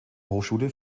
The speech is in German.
hochschule